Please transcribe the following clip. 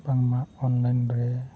ᱵᱟᱝᱢᱟ ᱚᱱᱞᱟᱹᱭᱤᱱ ᱨᱮ